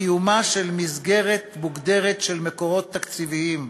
קיומה של מסגרת מוגדרת של מקורות תקציביים,